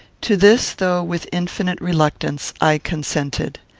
to this, though with infinite reluctance, i consented.